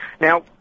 Now